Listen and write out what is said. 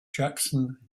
jackson